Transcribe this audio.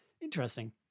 interesting